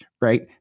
right